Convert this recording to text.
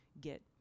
get